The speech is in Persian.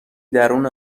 درون